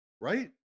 Right